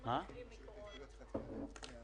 מה שמונח בפניכם פה על השולחן,